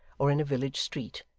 or in a village street,